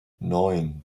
neun